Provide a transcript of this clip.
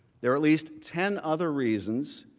there are at least ten other reasons,